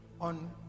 on